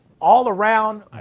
all-around